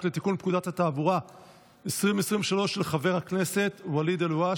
לתיקון פקודת התעבורה (תשלום עבור נסיעה בתחבורה ציבורית בכרטיס אשראי),